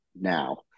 now